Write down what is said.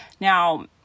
Now